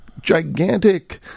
gigantic